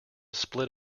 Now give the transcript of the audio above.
split